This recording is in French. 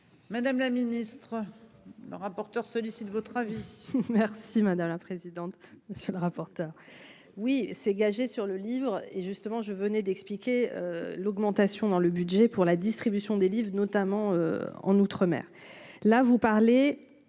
Madame la ministre, le rapporteur sollicite votre avis. Merci madame la présidente, monsieur le rapporteur oui c'est gagé sur le livre et justement je venais d'expliquer l'augmentation dans le budget pour la distribution des livres notamment en outre-mer, là vous parlez